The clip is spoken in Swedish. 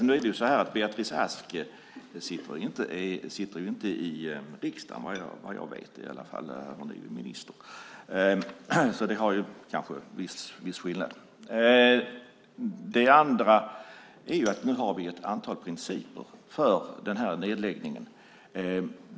Fru talman! Beatrice Ask sitter inte i riksdagen vad jag vet. Hon är minister. Det är kanske en viss skillnad. Vi har ett antal principer för den här nedläggningen.